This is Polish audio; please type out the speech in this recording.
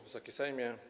Wysoki Sejmie!